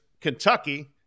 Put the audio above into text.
Kentucky